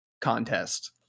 contest